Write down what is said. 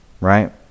right